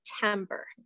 September